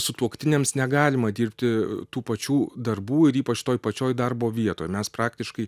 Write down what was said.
sutuoktiniams negalima dirbti tų pačių darbų ir ypač toj pačioj darbo vietoj mes praktiškai